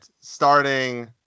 Starting